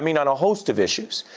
i mean on a host of issues.